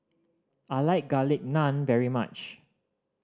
I like Garlic Naan very much